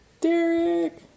Derek